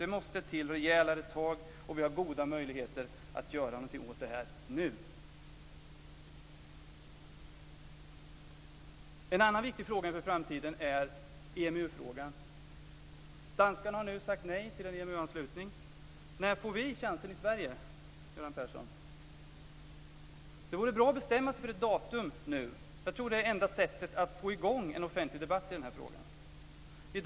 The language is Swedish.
Det måste till rejälare tag, och vi har goda möjligheter att göra någonting åt det här nu. Danskarna har nu sagt nej till EMU anslutning. När får vi chansen i Sverige, Göran Persson? Det vore bra att bestämma sig för ett datum nu. Jag tror att det är enda sättet att få i gång en offentlig debatt i frågan.